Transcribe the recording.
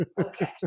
Okay